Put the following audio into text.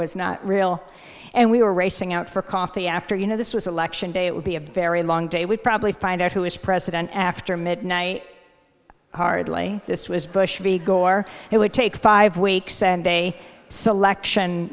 was not real and we were racing out for coffee after you know this was election day it would be a very long day we'd probably find out who is president after midnight hardly this was bush v gore it would take five weeks and a selection